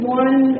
one